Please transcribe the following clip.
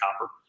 copper